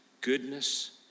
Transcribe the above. goodness